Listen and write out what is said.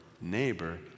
neighbor